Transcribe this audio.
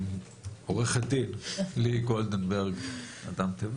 עו"ד לי-היא גולדנברג, אדם טבע ודין.